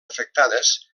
afectades